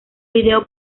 vídeo